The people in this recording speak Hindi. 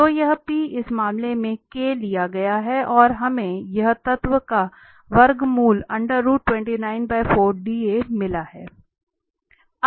तो यह इस मामले में लिया गया है और हमें यह तत्व का वर्गमूल मिला है